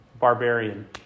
barbarian